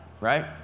right